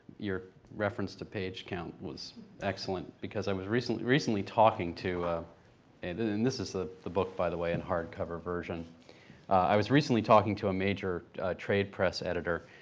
your reference to page count was excellent, because i was recently recently talking to a and and and this is ah the book by the way, in hard cover version i was recently talking to a major trade press editor,